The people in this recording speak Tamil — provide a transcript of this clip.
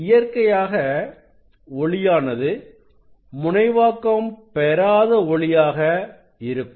இயற்கையாக ஒளியானது முனைவாக்கம் பெறாத ஒளியாக இருக்கும்